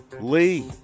Lee